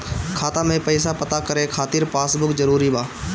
खाता में पईसा पता करे के खातिर पासबुक जरूरी बा?